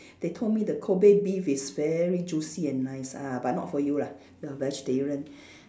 they told me the Kobe beef is very juicy and nice ah but not for you lah you are vegetarian